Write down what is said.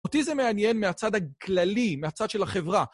אותי זה מעניין מהצד הכללי, מהצד של החברה.